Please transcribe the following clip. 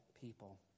people